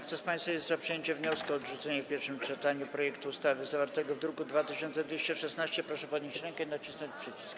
Kto z państwa jest za przyjęciem wniosku o odrzucenie w pierwszym czytaniu projektu ustawy zawartego w druku nr 2216, proszę podnieść rękę i nacisnąć przycisk.